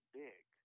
big